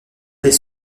des